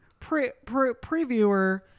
previewer